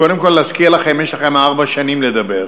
קודם כול להזכיר לכם, יש לכם ארבע שנים לדבר,